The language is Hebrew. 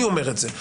אני אומר את זה.